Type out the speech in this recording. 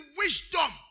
wisdom